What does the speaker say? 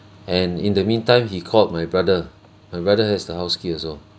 and in the meantime he called my brother my brother has the house key also